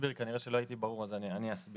כנראה שלא הייתי ברור, אז אני אסביר.